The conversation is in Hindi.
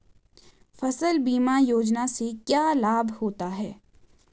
फसल बीमा योजना से क्या लाभ होता है?